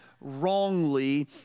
wrongly